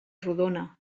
rodona